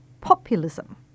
populism